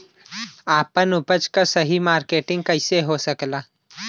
आपन उपज क सही मार्केटिंग कइसे हो सकेला?